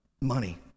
money